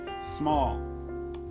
small